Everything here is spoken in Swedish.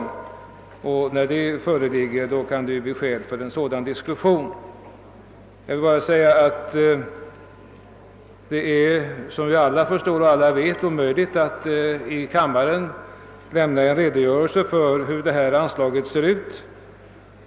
När förslag till sådana beslut föreligger kan det alltså finnas skäl för en diskussion. Det är, som alla förstår, omöjligt att i kammaren lämna en närmare redogörelse för hur detta anslag skall disponeras.